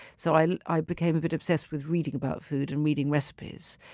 so i i became a bit obsessed with reading about food and reading recipes.